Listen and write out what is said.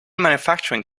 manufacturing